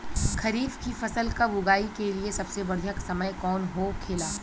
खरीफ की फसल कब उगाई के लिए सबसे बढ़ियां समय कौन हो खेला?